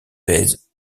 pèse